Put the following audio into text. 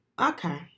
Okay